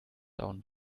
down